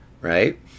right